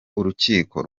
urukiko